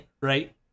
Right